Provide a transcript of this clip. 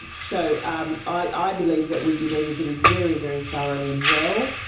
so and i believe that we did everything very, very thoroughly and well.